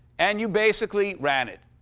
and you basically ran it.